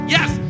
Yes